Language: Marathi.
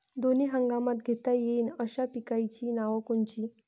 दोनी हंगामात घेता येईन अशा पिकाइची नावं कोनची?